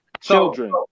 Children